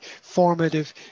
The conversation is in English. formative